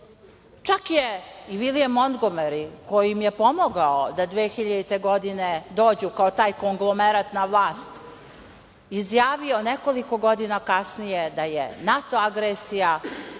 je i Vilijam Montgomeri, koji im je pomogao da 2000. godine dođu kao taj konglomerat na vlast, izjavio nekoliko godina kasnije da je NATO agresija,